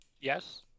Yes